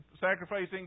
sacrificing